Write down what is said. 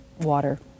water